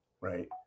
right